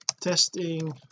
testing